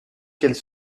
qu’elle